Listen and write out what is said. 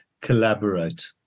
collaborate